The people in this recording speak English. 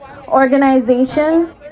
organization